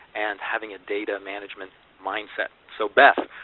and having a data management mindset. so beth,